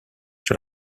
sur